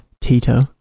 Tito